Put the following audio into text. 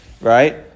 right